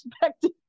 perspective